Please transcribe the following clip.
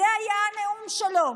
זה היה הנאום שלו,